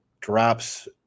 drops